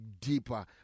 deeper